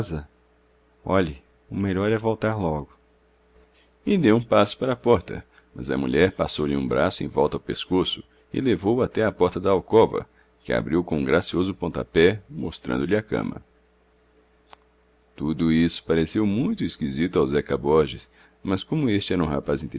casa olhe o melhor é voltar logo e deu um passo para a porta mas a mulher passou-lhe uni braço em volta ao pescoço e levou-o até à porta da alcova que abriu com um gracioso pontapé mostrando-lhe a cama tudo isso pareceu muito esquisito ao zeca borges mas como este era um rapaz